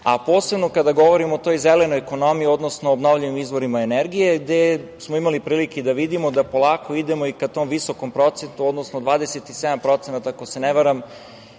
a posebno kada govorimo o toj zelenoj ekonomiji, odnosno obnovljivim izvorima energije, gde smo imali prilike da vidimo da polako idemo i ka tom visokom procentu, odnosno 27%, ako se ne varam,